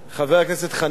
חבר הכנסת חנין,